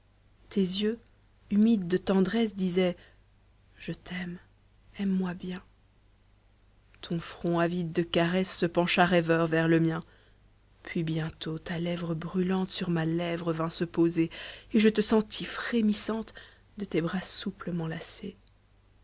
tes yeux humides de tendresse disaient je t'aime aime-moi bien ton front avide de caresse se pencha rêveur vers le mien puis bientôt ta lèvre brûlante sur ma lèvre vint se poser et je te sentis frémissante de tes bras